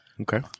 Okay